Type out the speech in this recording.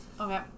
Okay